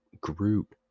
Groot